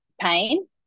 pain